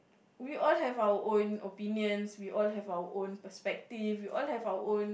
we all have our own opinions we all have our own perspective we all have our own